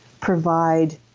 provide